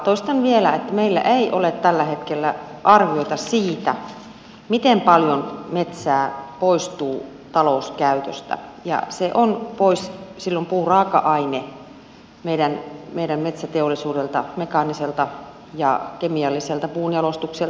toistan vielä että meillä ei ole tällä hetkellä arviota siitä miten paljon metsää poistuu talouskäytöstä ja silloin puuraaka aine on pois meidän metsäteollisuudelta mekaaniselta ja kemialliselta puunjalostukseltakin